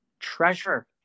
treasure